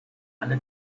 alle